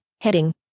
heading